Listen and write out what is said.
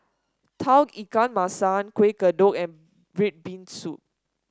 Tauge Ikan Masin Kueh Kodok and red bean soup